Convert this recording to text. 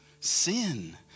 sin